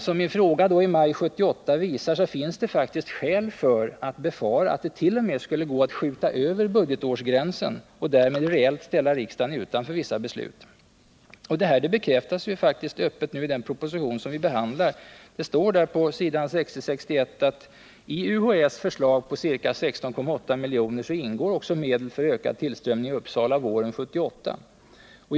Som min fråga i maj 1978 visar, finns det faktiskt skäl att befara att det t. 0. m. skulle gå att skjuta över budgetårsgränsen och därmed reellt ställa riksdagen utanför vissa beslut. Detta bekräftas öppet i den proposition vi nu behandlar. Där står på s. 60-61 att i UHÄ:s förslag på ca 16,8 milj.kr. också ingår medel för ökad tillströmning i Uppsala våren 1978.